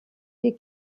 wir